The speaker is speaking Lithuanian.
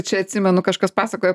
čia atsimenu kažkas pasakojo